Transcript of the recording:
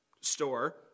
store